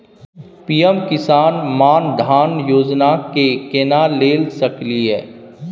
PM Kisan Maan Dhan Yojana के केना ले सकलिए?